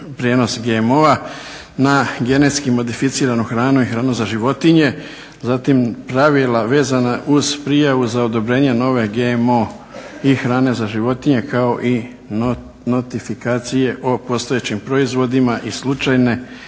prijenos GMO-a na genetski modificiranu hranu i hranu za životinje, zatim pravila vezana uz prijavu za odobrenje nove GMO i hrane za životinje kao i notifikacije o postojećim proizvodima i slučajne